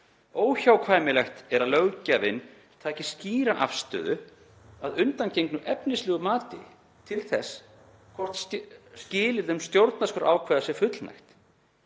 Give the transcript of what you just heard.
Óhjákvæmilegt er að löggjafinn taki skýra afstöðu, að undangengnu efnislegu mati, til þess hvort skilyrðum stjórnarskrárákvæða sé fullnægt.